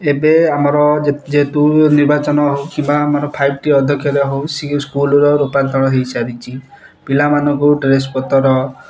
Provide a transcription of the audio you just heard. ଏବେ ଆମର ଯେହେତୁ ନିର୍ବାଚନ ହେଉ କିମ୍ବା ଆମର ଫାଇଭ୍ ଟି ଅଧକ୍ଷତା ହେଉ ସେ ସ୍କୁଲ୍ର ରୂପାନ୍ତରଣ ହେଇସାରିଛି ପିଲାମାନଙ୍କୁ ଡ୍ରେସ୍ ପତର